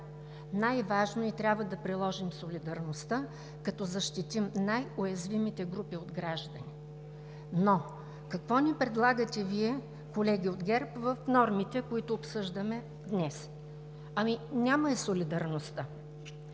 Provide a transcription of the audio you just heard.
най-важно е и трябва да приложим солидарността, като защитим най-уязвимите групи от гражданите. Но какво ни предлагате Вие, колеги от ГЕРБ, в нормите, които обсъждаме днес? Ами няма я солидарността.